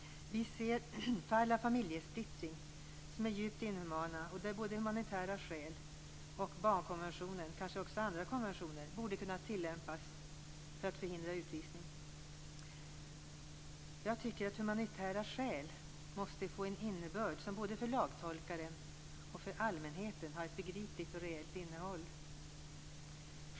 Vi ser fall av familjesplittring som är djupt inhumana och där både humanitära skäl och barnkonventionen eller andra konventioner borde ha kunnat tillämpas för att förhindra utvisning. Humanitära skäl måste få en innebörd som både för lagtolkaren och för allmänheten har ett begripligt och reellt innehåll.